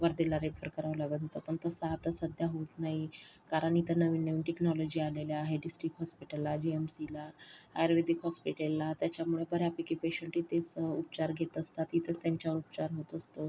वर्धेला रेफर करावं लागत होतं पण तसं आता सध्या होत नाही कारण इथं नवीन नवीन टेक्नॉलॉजी आलेल्या आहेत डिस्ट्रिक्ट हॉस्पिटलला जे एम सीला आयुर्वेदिक हॉस्पिटलला त्याच्यामुळे बऱ्यापैकी पेशंट इथेच उपचार घेत असतात इथेच त्यांच्यावर उपचार होत असतो